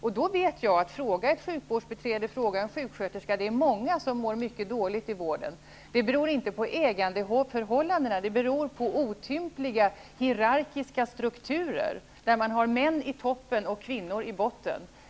Fråga ett sjukvårdsbiträde eller en sjuksköterska, och de kommer att tala om för er att det är många som mår mycket dåligt inom vården. Det beror inte på ägarförhållandena, utan det beror på otympliga, hierarkiska strukturer med män i toppen och kvinnor i botten.